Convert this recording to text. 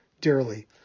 dearly